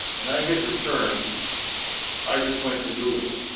and i hit return i just went to google.